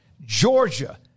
Georgia